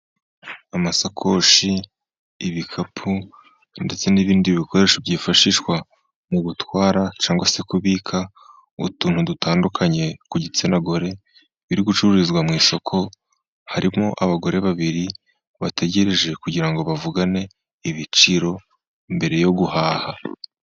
Amasakoshi, ibikapu, ndetse n'ibindi bikoresho byifashishwa mu gutwara cyangwa se kubika utuntu dutandukanye ku gitsina gore, biri gucururizwa mu isoko, harimo abagore babiri bategereje kugira ngo bavugane ibiciro mbere yo guhaha.